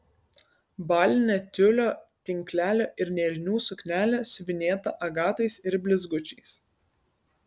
balinė tiulio tinklelio ir nėrinių suknelė siuvinėta agatais ir blizgučiais